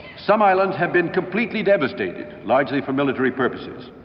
some islands have been completely devastated, largely for military purposes,